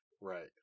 Right